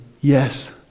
yes